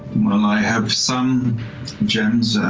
um i have some gems,